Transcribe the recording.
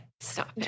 Stop